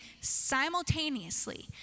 simultaneously